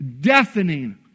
deafening